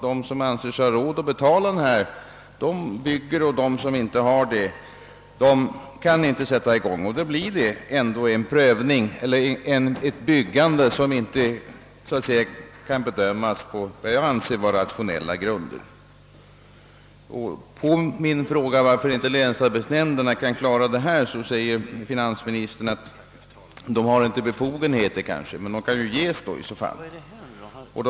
De som anser sig ha råd att betala avgiften kanske därför bygger ändå, medan de som inte har det inte kan sätta i gång. På så vis blir det ändå ett byggande som inte sker på vad jag anser vara rationella grunder. På min fråga, varför inte länsarbetsnämnderna kan klara den här saken, svarar finansministern att de inte har erforderliga befogenheter, men de kan väl i så fall ges sådana.